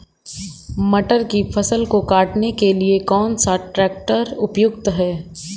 मटर की फसल को काटने के लिए कौन सा ट्रैक्टर उपयुक्त है?